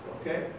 okay